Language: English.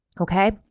Okay